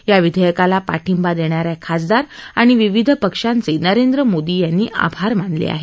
या विधेयकाला पाठिंबा देणाऱ्या खासदार आणि विविध पक्षांचे नरेंद्र मोदी यांनी आभार मानले आहेत